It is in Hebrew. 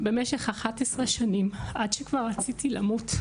במשך 11 שנים עד שכבר רציתי למות.